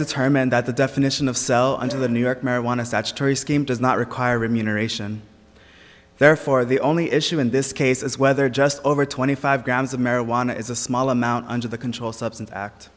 determined that the definition of cell under the new york marijuana statutory scheme does not require remuneration therefore the only issue in this case is whether just over twenty five grams of marijuana is a small amount under the control substance act